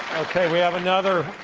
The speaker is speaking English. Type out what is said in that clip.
okay we have another,